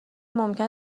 ممکن